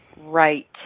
Right